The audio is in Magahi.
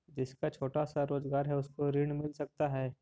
जिसका छोटा सा रोजगार है उसको ऋण मिल सकता है?